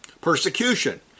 persecution